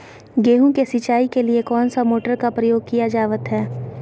गेहूं के सिंचाई के लिए कौन सा मोटर का प्रयोग किया जावत है?